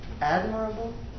admirable